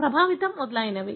ప్రభావితం మరియు మొదలైనవి